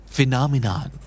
Phenomenon